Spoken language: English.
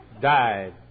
died